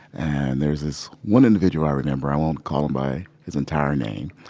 and there's this one individual i remember. i won't call him by his entire name.